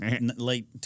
late